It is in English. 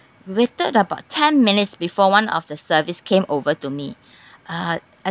we waited about ten minutes before one of the service came over to me uh I